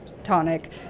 tonic